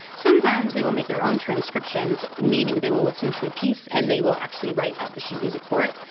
sometimes they will make their own transcriptions meaning they will listen to a piece and they will actually write out the sheet music for it.